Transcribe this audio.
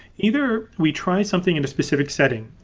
either we try something in the specific setting,